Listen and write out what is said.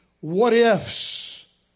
what-ifs